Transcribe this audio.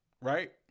right